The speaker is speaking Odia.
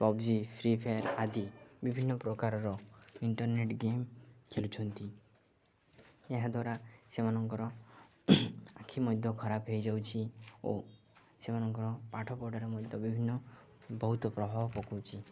ପବ୍ଜି ଫ୍ରି ଫାୟାର୍ ଆଦି ବିଭିନ୍ନ ପ୍ରକାରର ଇଣ୍ଟର୍ନେଟ୍ ଗେମ୍ ଖେଲୁଛନ୍ତି ଏହାଦ୍ୱାରା ସେମାନଙ୍କର ଆଖି ମଧ୍ୟ ଖରାପ ହେଇଯାଉଛିି ଓ ସେମାନଙ୍କର ପାଠ ପଢ଼ାରେ ମଧ୍ୟ ବିଭିନ୍ନ ବହୁତ ପ୍ରଭାବ ପକାଉଛି